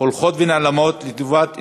הולכות ונעלמות לטובת אינדיבידואלים,